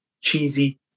cheesy